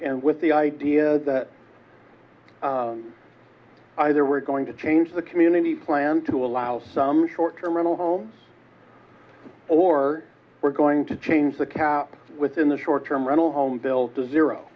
and with the idea that either we're going to change the community plan to allow some short term rental homes or we're going to change the cap within the short term rental home bills to zero